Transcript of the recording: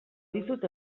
dizut